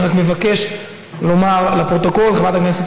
אני רק מבקש לומר לפרוטוקול שחברת הכנסת